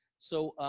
so